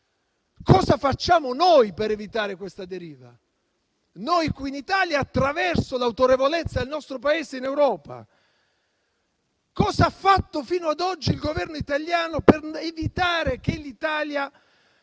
Cosa facciamo per evitare una tale deriva noi qui in Italia, attraverso l'autorevolezza del nostro Paese in Europa? Cosa ha fatto fino ad oggi il Governo italiano per evitare che l'Italia